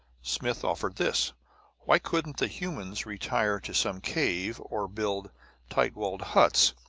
smith offered this why couldn't the humans retire to some cave, or build tight-walled huts,